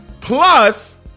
plus